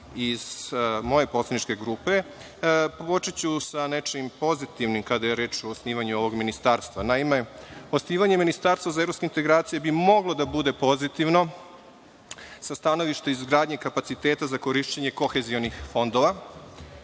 iz moje poslaničke grupe, počeću sa nečim pozitivnim kada je reč o osnivanju ovog ministarstva. Naime, osnivanje ministarstva za evropske integracije bi moglo da bude pozitivno sa stanovišta izgrade kapaciteta za korišćenje kohezionih fondova,